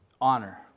honor